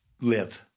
live